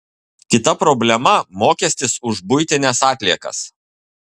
kita problema mokestis už buitines atliekas